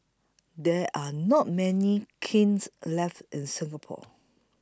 there are not many kilns left in Singapore